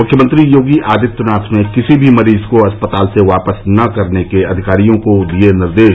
मुख्यमंत्री योगी आदित्यनाथ ने किसी भी मरीज को अस्पताल से वापस न करने के अधिकारियों को दिये निर्देश